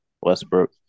Westbrook